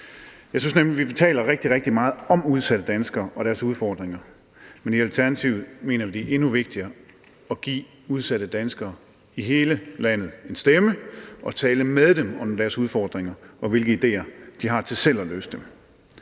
Jeg synes nemlig, vi taler rigtig, rigtig meget om udsatte danskere og deres udfordringer, men i Alternativet mener vi, at det er endnu vigtigere give udsatte danskere i hele landet en stemme og tale med dem om deres udfordringer, og hvilke ideer de har til selv at løse dem.